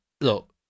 Look